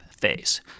phase